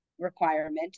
requirement